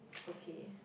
okay